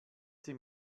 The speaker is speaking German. sie